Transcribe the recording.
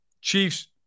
Chiefs